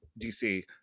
DC